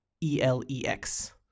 E-L-E-X